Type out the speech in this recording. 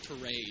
parade